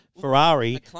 Ferrari